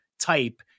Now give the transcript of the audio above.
type